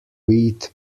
wheat